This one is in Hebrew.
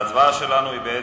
ההצבעה שלנו היא: